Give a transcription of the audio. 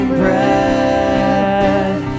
breath